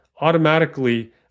automatically